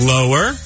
Lower